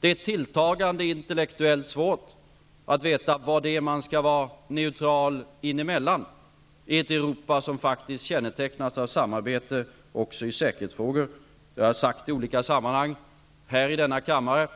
Det blir allt svårare att intellektuellt förstå vad det är man skall vara neutral emellan i ett Europa som faktiskt kännetecknas av samarbete också i säkerhetsfrågor. Detta har jag sagt i olika sammanhang här i denna kammaren.